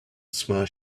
small